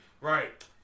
Right